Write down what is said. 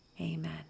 Amen